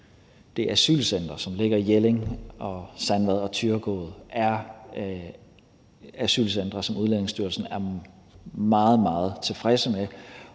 de asylcentre, som ligger i Jelling, Sandvad og Thyregod, er asylcentre, som Udlændingestyrelsen er meget, meget tilfredse med,